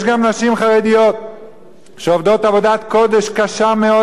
יש גם נשים חרדיות שעובדות עבודת קודש קשה מאוד,